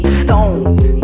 stoned